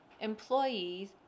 employees